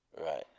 Right